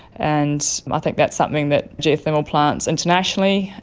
and i think that's something that geothermal plants internationally,